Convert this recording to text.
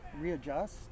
readjust